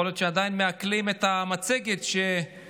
יכול להיות שהם עדיין מעכלים את המצגת שהייתה